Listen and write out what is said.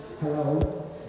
Hello